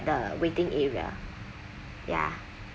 the waiting area ya